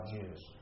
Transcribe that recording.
Jews